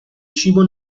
cibo